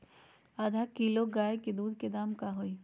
आधा किलो गाय के दूध के का दाम होई?